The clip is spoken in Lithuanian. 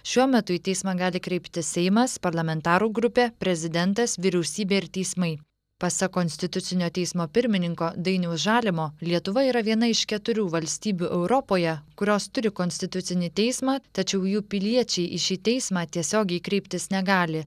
šiuo metu į teismą gali kreiptis seimas parlamentarų grupė prezidentas vyriausybė ir teismai pasak konstitucinio teismo pirmininko dainiaus žalimo lietuva yra viena iš keturių valstybių europoje kurios turi konstitucinį teismą tačiau jų piliečiai į šį teismą tiesiogiai kreiptis negali